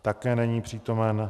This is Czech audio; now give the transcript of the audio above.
Také není přítomen.